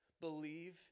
believe